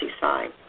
sign